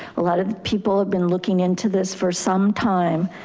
a lot of people have been looking into this for some time